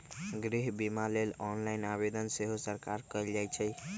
गृह बिमा लेल ऑनलाइन आवेदन सेहो सकार कएल जाइ छइ